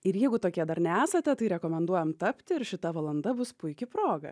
ir jeigu tokie dar nesate tai rekomenduojam tapti ir šita valanda bus puiki proga